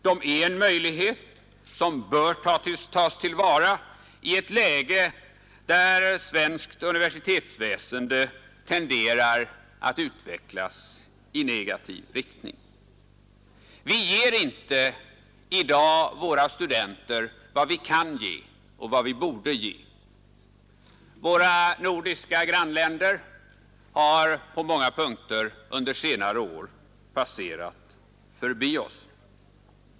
De är en möjlighet som bör tas till vara i ett läge där svenskt universitetsväsende tenderar att utvecklas i negativ riktning. Vi ger inte i dag våra studenter allt det vi kan ge och vad vi borde ge. Våra nordiska grannländer har på många punkter under senare år passerat förbi oss.